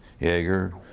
Jaeger